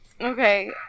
Okay